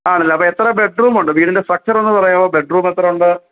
ആണല്ലേ അപ്പം എത്ര ബെഡ്റൂം ഉണ്ട് വീടിൻ്റെ സ്ട്രക്ച്ചർ ഒന്ന് പറയാമോ ബെഡ്റൂം എത്ര ഉണ്ട്